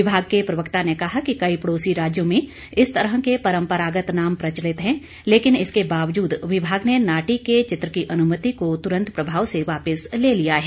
विभाग के प्रवक्ता ने कहा कि कई पडोसी राज्यों में इस तरह के परम्परागत नाम प्रचलित हैं लेकिन इसके बावजूद विभाग ने नाटी के चित्र की अनुमति को तुरन्त प्रभाव से वापस ले लिया है